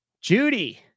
Judy